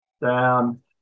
down